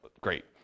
great